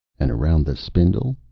and around the spindle,